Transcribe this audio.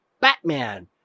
Batman